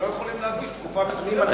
שלא יכולים להגיש תקופה מסוימת.